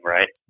Right